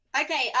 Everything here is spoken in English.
Okay